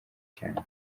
cyane